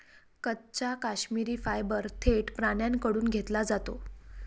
कच्चा काश्मिरी फायबर थेट प्राण्यांकडून घेतला जातो